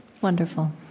Wonderful